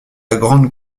grand